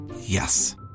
Yes